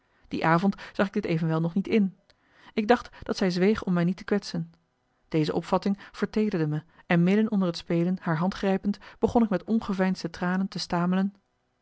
die avond zag ik dit evenwel nog niet in ik dacht dat zij zweeg om mij niet te kwetsen deze opvatting verteederde me en midden onder het spelen haar hand grijpend begon ik met ongeveinsde tranen te stamelen